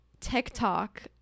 tiktok